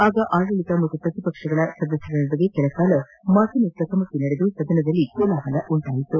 ಆಗ ಆಡಳಿತ ಮತ್ತು ಪ್ರತಿಪಕ್ಷಗಳ ಸದಸ್ಯರ ನಡುವೆ ಕೆಲಕಾಲ ಮಾತಿನ ಚಕಮಕಿ ನಡೆದು ಸದನದಲ್ಲಿ ಕೋಲಾಹಲ ಉಂಟಾಯಿತು